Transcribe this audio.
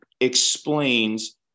explains